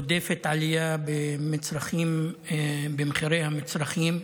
רודפת עלייה במצרכים, במחירי המצרכים,